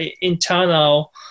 internal